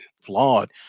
flawed